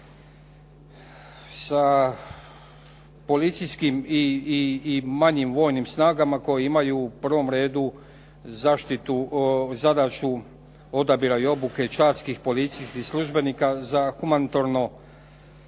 sa policijskim i manjim vojnim snagama koji imaju u prvom redu zadaću odabira i obuke čadskih policijskih službenika za humanitarno